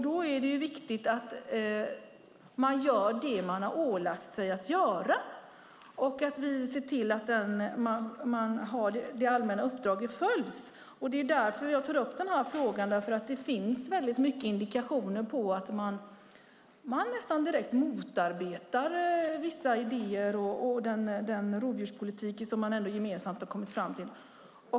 Det är därför viktigt att man gör det som man har ålagts att göra och att det allmänna uppdraget följs. Det är därför jag tar upp den här frågan. Det finns väldigt mycket indikationer på att man nästan direkt motarbetar vissa idéer i den rovdjurspolitik som man gemensamt har kommit fram till.